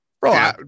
bro